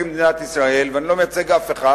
את מדינת ישראל ואני לא מייצג אף אחד,